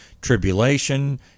tribulation